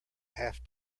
half